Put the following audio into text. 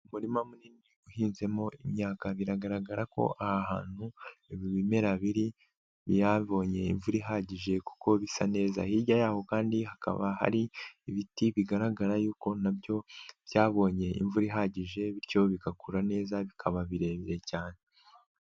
Umurima munini uhinzemo imyaka biragaragara ko aha hantu ibi bimera biri byabonye imvura ihagije kuko bisa neza, hirya yaho kandi hakaba hari ibiti bigaragara yuko na byo byabonye imvura ihagije bityo bigakura neza, bikaba birebire cyane.